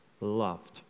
loved